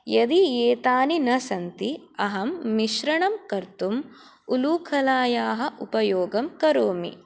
यदि एतानि न सन्ति अहं मिश्रणं कर्तुम् उलूखलायाः उपयोगं करोमि